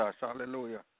Hallelujah